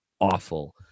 awful